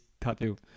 tattoo